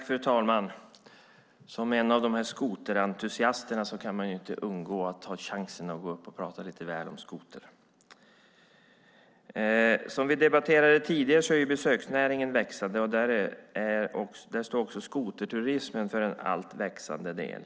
Fru talman! Som en av skoterentusiasterna kan jag inte låta bli att ta chansen att gå upp och tala väl om skotern. Som debatterats tidigare är besöksnäringen växande. Skoterturismen står där för en växande del.